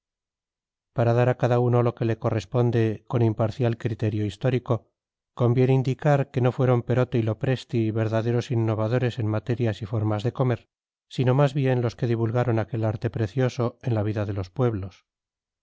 para dar a cada uno lo que le corresponde con imparcial criterio histórico conviene indicar que no fueron perote y lopresti verdaderos innovadores en materia y formas de comer sino más bien los que divulgaron aquel arte precioso en la vida de los pueblos